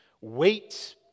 Wait